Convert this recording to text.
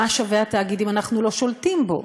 מה שווה התאגיד אם אנחנו לא שולטים בו?